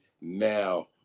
now